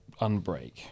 unbreak